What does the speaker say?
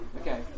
Okay